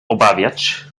obawiać